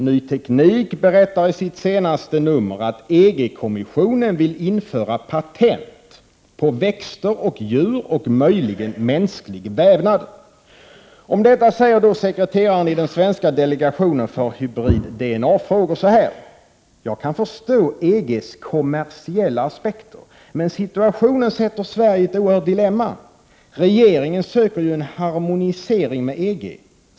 Ny Teknik berättar i sitt senaste nummer att ”EG-kommissionen vill införa patent på växter och djur och möjligen mänsklig vävnad”. Om detta säger sekreteraren i den svenska delegationen för hybrid-DNA-frågor: ”Jag kan förstå EG:s kommersiella aspekter men situationen sätter Sverige i ett oerhört dilemma. Regeringen söker ju en harmonisering med EG.